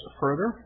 further